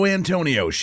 Antonio